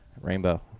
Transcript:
Rainbow